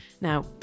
Now